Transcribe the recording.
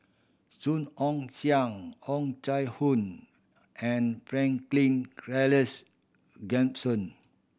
Song Ong Siang Oh Chai Hoo and Franklin Charles Gimson